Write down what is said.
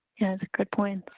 good point.